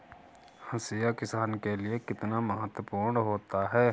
हाशिया किसान के लिए कितना महत्वपूर्ण होता है?